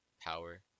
power